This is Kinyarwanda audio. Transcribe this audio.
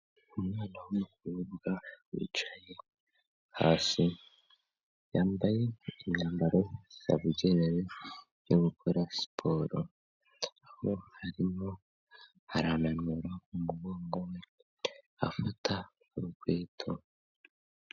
Umwana w'umukobwa wicaye hasi yambaye imyambaro yabugenewe yo gukora siporo, aho arimo arananura umugongo we afata urukweto.